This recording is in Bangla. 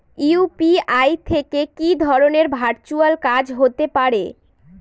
ইউ.পি.আই থেকে কি ধরণের ভার্চুয়াল কাজ হতে পারে?